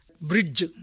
bridge